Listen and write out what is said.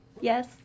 Yes